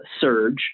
surge